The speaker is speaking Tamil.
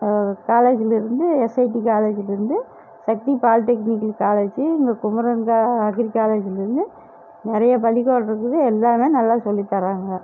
காலேஜ்லேருந்து எஸ்ஐடி காலேஜுலிருந்து சக்தி பால்டெக்னிக்கு காலேஜி இங்கே குமரன் அக்ரி காலேஜிலிருந்து நிறைய பள்ளிக்கூடம் இருக்குது எல்லாமே நல்லா சொல்லித் தராங்க